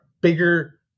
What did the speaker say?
bigger